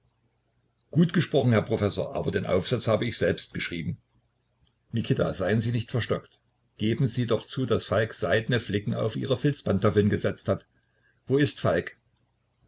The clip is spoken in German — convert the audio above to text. gut gesprochen herr professor aber den aufsatz hab ich selbst geschrieben mikita seien sie nicht verstockt geben sie doch zu daß falk seidne flicken auf ihre filzpantoffeln gesetzt hat wo ist falk